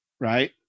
Right